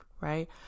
right